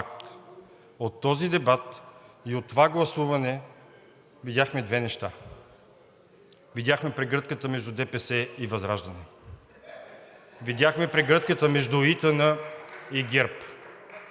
От този дебат и от това гласуване видяхме две неща. Видяхме прегръдката между ДПС и ВЪЗРАЖДАНЕ. Видяхме прегръдката между ИТН и ГЕРБ.